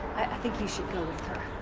think you should go with her.